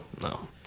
No